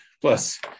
Plus